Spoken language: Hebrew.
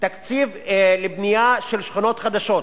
7. תקציב לבנייה של שכונות חדשות,